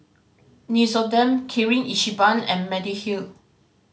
Nixoderm Kirin Ichiban and Mediheal